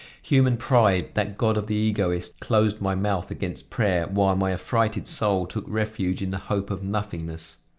human pride, that god of the egoist, closed my mouth against prayer, while my affrighted soul took refuge in the hope of nothingness.